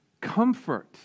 Comfort